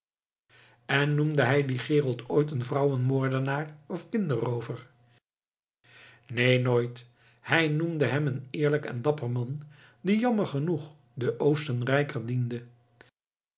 en noemde hij dien gerold ooit een vrouwenmoordenaar of kinderroover neen nooit hij noemde hem een eerlijk en dapper man die jammer genoeg den oostenrijker diende